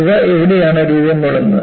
ഇവ എവിടെയാണ് രൂപം കൊള്ളുന്നത്